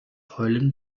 heulen